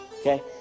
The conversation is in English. Okay